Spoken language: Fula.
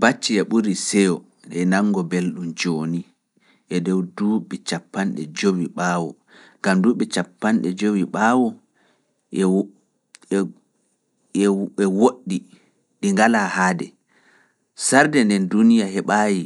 Baci e ɓuri seyo e nanngo belɗum jooni e dow duuɓi capanɗe joowi ɓaawo, kam duuɓi capanɗe joowi ɓaawo e woɗɗi ɗi ngalaa haade Sarde ndeen duniya heɓaayi